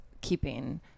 keeping